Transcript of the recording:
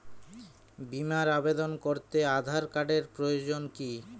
বিমার আবেদন করতে আধার কার্ডের প্রয়োজন কি?